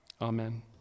Amen